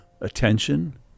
attention